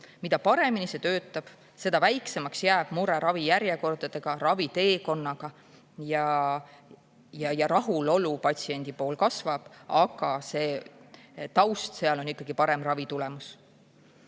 Mida paremini see töötab, seda väiksemaks jääb mure ravijärjekordadega, raviteekonnaga ja patsiendi rahulolu kasvab, aga see taust seal on ikkagi parem ravitulemus.